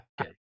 Okay